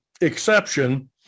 exception